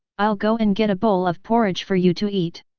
i'll go and get a bowl of porridge for you to eat!